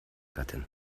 gattin